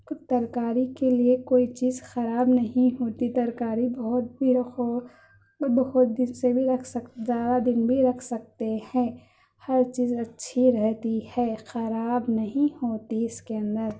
خود ترکاری کے لیے کوئی چیزخراب نہیں ہوتی ترکاری بہت بھی رکھو خود بخود دن سے بھی رکھ سک زیادہ دن بھی رکھ سکتے ہیں ہر چیز اچھی رہتی ہے خراب نہیں ہوتی اس کے اندر